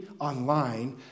online